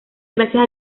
gracias